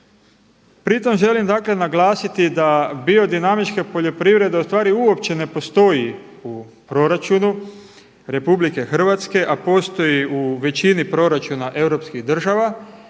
Pritom želim dakle naglasiti da biodinamička poljoprivreda u stvari uopće ne postoji u proračunu RH, a postoji u većini proračuna europskih država,